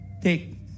take